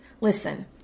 listen